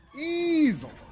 easily